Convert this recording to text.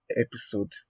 episode